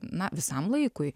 na visam laikui